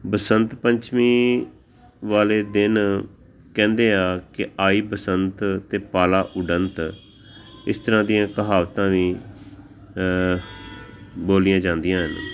ਬਸੰਤ ਪੰਚਮੀ ਵਾਲੇ ਦਿਨ ਕਹਿੰਦੇ ਆ ਕਿ ਆਈ ਬਸੰਤ ਅਤੇ ਪਾਲਾ ਉਡੰਤ ਇਸ ਤਰ੍ਹਾਂ ਦੀਆਂ ਕਹਾਵਤਾਂ ਵੀ ਬੋਲੀਆਂ ਜਾਂਦੀਆਂ ਹਨ